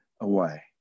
away